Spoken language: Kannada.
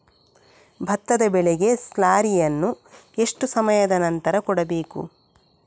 ಭತ್ತದ ಬೆಳೆಗೆ ಸ್ಲಾರಿಯನು ಎಷ್ಟು ಸಮಯದ ಆನಂತರ ಕೊಡಬೇಕು?